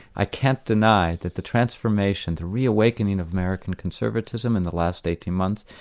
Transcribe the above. i can't deny that the transformation, the re-awakening of american conservatism in the last eighteen months,